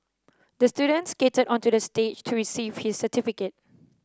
the student skated onto the stage to receive his certificate